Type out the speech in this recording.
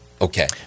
Okay